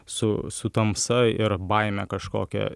su su tamsa ir baime kažkokia